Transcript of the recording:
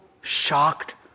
shocked